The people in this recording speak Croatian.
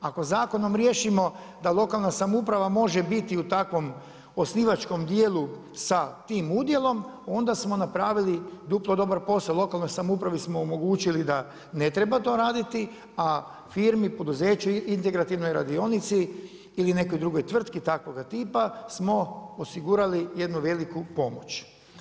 Ako zakonom riješimo da lokalna samouprava može biti u takvom osnivačkom djelu sa tim udjelom, onda smo napravili duplo dobar posao, lokalnoj samoupravi smo omogućili da ne treba to raditi, a firmi, poduzeću, integrativnoj radionici ili nekoj drugoj tvrtki takvoga tipa smo osigurali jednu veliku pomoć.